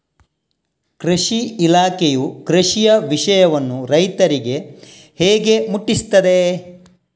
ಕೃಷಿ ಇಲಾಖೆಯು ಕೃಷಿಯ ವಿಷಯವನ್ನು ರೈತರಿಗೆ ಹೇಗೆ ಮುಟ್ಟಿಸ್ತದೆ?